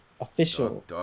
official